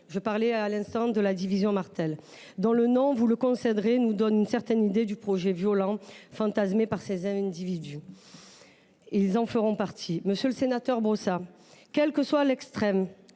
Je parlais à l’instant de la Division Martel, dont le nom, vous le concéderez, nous donne une certaine idée du projet violent fantasmé par ces individus. Elle en fera partie. Monsieur le sénateur Brossat, les extrêmes,